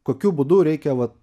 kokiu būdu reikia vat